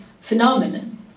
phenomenon